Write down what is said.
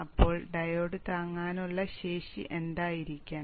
അപ്പോൾ ഡയോഡ് താങ്ങാനുള്ള ശേഷി എന്തായിരിക്കണം